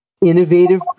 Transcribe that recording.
innovative